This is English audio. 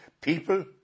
people